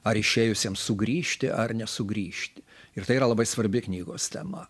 ar išėjusiems sugrįžti ar nesugrįžti ir tai yra labai svarbi knygos tema